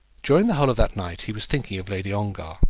during the whole of that night he was thinking of lady ongar.